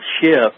shift